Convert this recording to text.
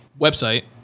website